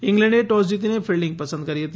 ઇંગ્લેન્ડે ટોસ જીતીને ફિલ્ડિંગ પસંદ કરી હતી